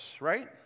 right